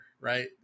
right